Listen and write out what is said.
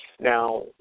Now